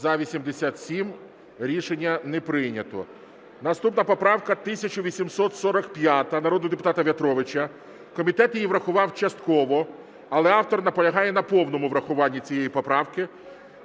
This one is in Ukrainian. За-87 Рішення не прийнято. Наступна поправка 1845 народного депутата В'ятровича. Комітет її врахував частково, але автор наполягає на повному врахуванні цієї поправки.